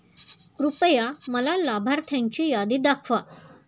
कृपया मला लाभार्थ्यांची यादी दाखवा